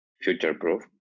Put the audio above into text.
future-proof